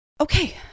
Okay